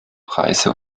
preise